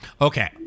Okay